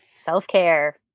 Self-care